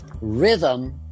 rhythm